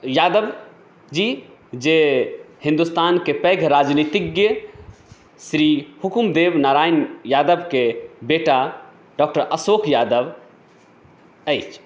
यादव जी जे हिन्दुस्तानके पैघ राजनीतिज्ञ श्री हुकुम देव नारायण यादवके बेटा डॉक्टर अशोक यादव अछि